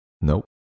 Nope